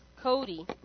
Cody